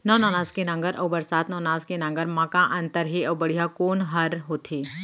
नौ नवनास के नांगर अऊ बरसात नवनास के नांगर मा का अन्तर हे अऊ बढ़िया कोन हर होथे?